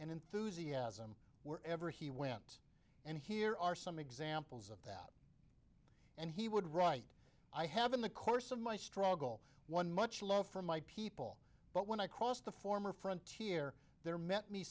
and enthusiasm where ever he went and here are some examples of that and he would write i have in the course of my struggle won much love for my people but when i crossed the former frontier there met me